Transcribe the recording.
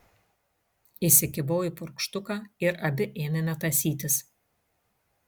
įsikibau į purkštuką ir abi ėmėme tąsytis